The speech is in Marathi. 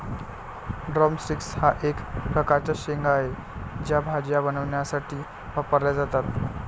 ड्रम स्टिक्स हा एक प्रकारचा शेंगा आहे, त्या भाज्या बनवण्यासाठी वापरल्या जातात